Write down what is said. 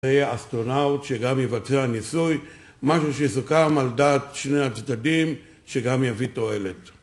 זה יהיה אסטרונאוט שגם יבצע את הניסוי, משהו שיסוכם על דעת שני הצדדים, שגם יביא תועלת.